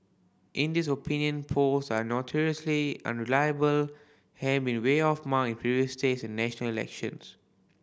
India's opinion polls are notoriously unreliable having been way off mark in previous state and national elections